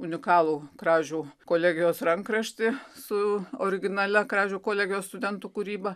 unikalų kražių kolegijos rankraštį su originalia kražių kolegijos studentų kūryba